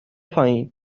پایین